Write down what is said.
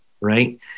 right